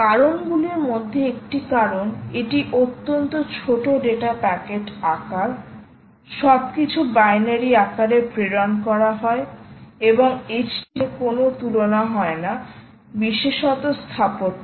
কারণগুলির মধ্যে একটি কারণ এটি অত্যন্ত ছোট ডেটা প্যাকেট আকার সবকিছু বাইনারি আকারে প্রেরণ করা হয় এবং HTTP প্রোটোকলের সাথে কোনও তুলনা হয় না বিশেষত স্থাপত্য